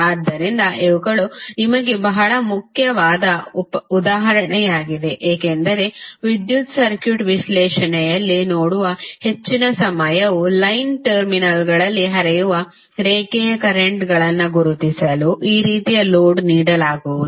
ಆದ್ದರಿಂದ ಇವುಗಳು ನಿಮಗೆ ಬಹಳ ಮುಖ್ಯವಾದ ಉದಾಹರಣೆಯಾಗಿದೆ ಏಕೆಂದರೆ ವಿದ್ಯುತ್ ಸರ್ಕ್ಯೂಟ್ ವಿಶ್ಲೇಷಣೆಯಲ್ಲಿ ನೋಡುವ ಹೆಚ್ಚಿನ ಸಮಯವು ಲೈನ್ ಟರ್ಮಿನಲ್ಗಳಲ್ಲಿ ಹರಿಯುವ ರೇಖೆಯ ಕರೆಂಟ್ಗಳನ್ನು ಗುರುತಿಸಲು ಈ ರೀತಿಯ ಲೋಡ್ ನೀಡಲಾಗುವುದು